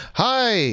hi